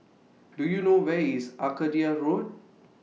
Do YOU know Where IS Arcadia Road